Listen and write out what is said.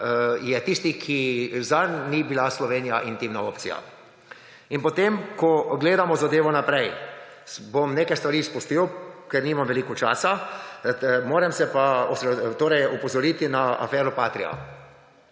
je tisti, ki zanj Slovenija ni bila intimna opcija. In potem, ko gledamo zadevo naprej, bom neke stvari izpustil, ker nimam veliko časa, moram pa opozoriti na afero Patria.